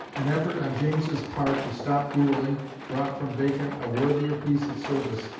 an effort on james's part to stop duelling brought from bacon a worthier piece of service,